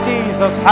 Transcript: Jesus